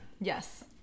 Yes